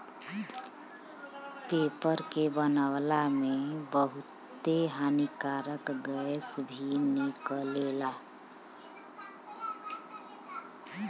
paper के बनावला में बहुते हानिकारक गैस भी निकलेला